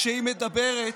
כשהיא מדברת,